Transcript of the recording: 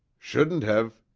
shouldn't have,